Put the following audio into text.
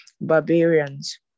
barbarians